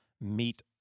meet